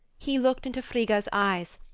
he looked into frigga's eyes,